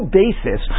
basis